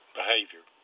behavior